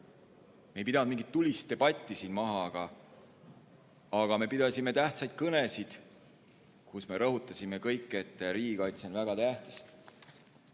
Me ei pidanud mingit tulist debatti siin maha, aga me pidasime tähtsaid kõnesid, kus me rõhutasime kõik, et riigikaitse on väga tähtis.